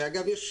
ואגב,